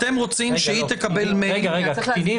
אתם רוצים שהיא תקבל מייל --- קטינים